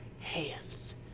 hands